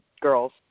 girls